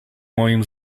moim